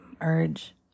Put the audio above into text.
urge